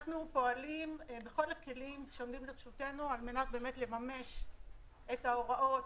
אנחנו פועלים בכל הכלים שעומדים לרשותנו על מנת לממש את ההוראות,